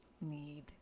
need